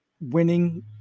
winning